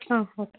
okay